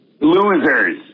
losers